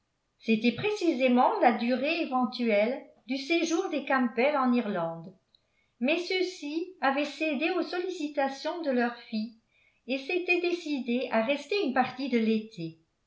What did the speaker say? c'était précisément la durée éventuelle du séjour des campbell en irlande mais ceux-ci avaient cédé aux sollicitations de leur fille et s'étaient décidés à rester une partie de l'été